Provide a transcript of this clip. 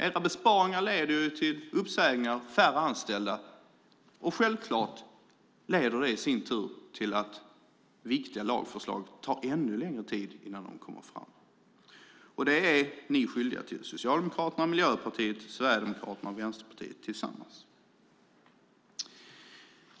Era besparingar leder till uppsägningar och färre anställda, och det i sin tur leder självklart till att viktiga lagförslag tar ännu längre tid att få fram. Det är ni - Socialdemokraterna, Miljöpartiet, Sverigedemokraterna och Vänsterpartiet - tillsammans skyldiga till.